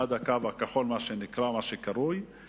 עד מה שקרוי "הקו הכחול".